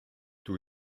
dydw